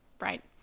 right